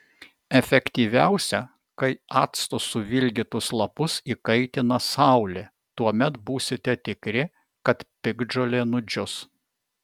efektyviausia kai actu suvilgytus lapus įkaitina saulė tuomet būsite tikri kad piktžolė nudžius